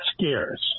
scarce